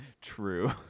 True